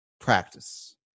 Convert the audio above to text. practice